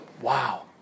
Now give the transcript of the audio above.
Wow